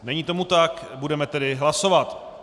Není tomu tak, budeme tedy hlasovat.